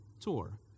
tour